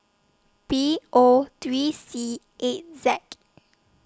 B O three C eight Z